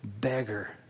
Beggar